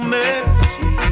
mercy